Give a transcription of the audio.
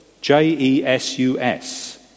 J-E-S-U-S